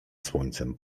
słońcem